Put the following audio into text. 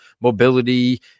mobility